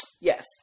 Yes